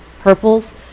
purples